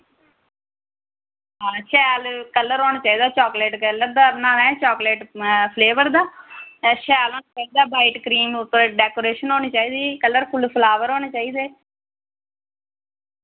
हां shell colour होने चाहिदा चाकलेट कलर दा बनाना ऐ चाकलेट फ्लेवर दा ते शैल होने चाहिदा वाइट क्रीम उप्पर डैकोरेशन होनी चाहिदी कलरफुल फ्लावर होने चाहिदे